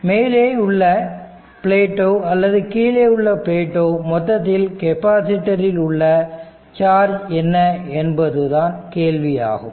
மேலே உள்ள பிளேட்டோ அல்லது கீழே உள்ள பிளேட்டோ மொத்தத்தில் கெபாசிட்டர் இல் உள்ள சார்ஜ் என்ன என்பதுதான் கேள்வியாகும்